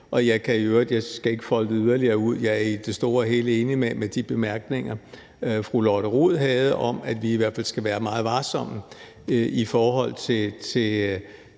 tilhængere af. Jeg skal ikke folde det yderligere ud, for jeg er i det store og hele enig i de bemærkninger, fru Lotte Rod havde, om, at vi i hvert fald skal være meget varsomme i forhold til